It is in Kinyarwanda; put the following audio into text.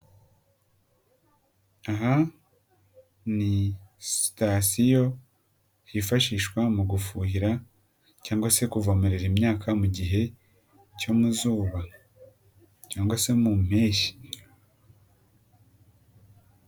Aha ni sitasiyo hifashishwa mu gufuhira cyangwa se kuvamerera imyaka mu gihe cyo mu zuba cyangwa se mu mpeshyi.